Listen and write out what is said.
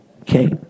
Okay